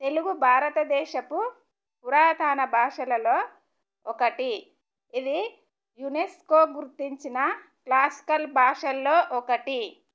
తెలుగు భారతదేశపు పురాతన భాషలలో ఒకటి ఇది యునెస్కో గుర్తించిన క్లాసికల్ భాషల్లో ఒకటి